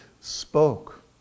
spoke